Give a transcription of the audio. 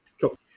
Cool